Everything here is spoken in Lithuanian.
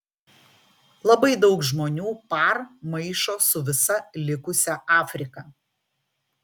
labai daug žmonių par maišo su visa likusia afrika